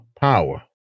power